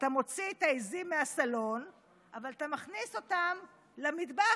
שאתה מוציא את העיזים מהסלון אבל אתה מכניס אותן למטבח.